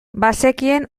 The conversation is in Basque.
bazekien